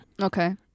Okay